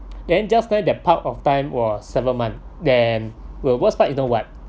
then just nice that part of time was seven month then will worst part you know what